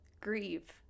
grieve